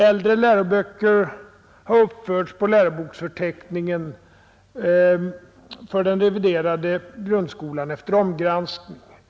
Äldre läroböcker har efter omgranskning uppförts på läroboksförteckningen för den reviderade grundskolan.